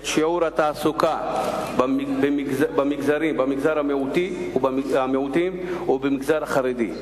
את שיעור התעסוקה במגזר המיעוטים ובמגזר החרדי,